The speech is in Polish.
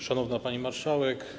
Szanowna Pani Marszałek!